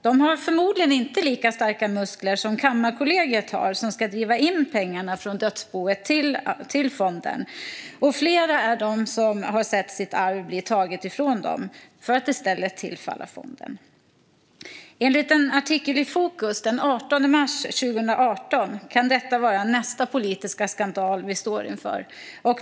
De har förmodligen inte lika starka muskler som Kammarkollegiet, som ska driva in pengarna från dödsboet till fonden. Många är de som har sett sitt arv bli taget ifrån dem för att i stället tillfalla fonden. Enligt en artikel i Fokus den 18 mars 2018 kan detta vara nästa politiska skandal som vi står inför.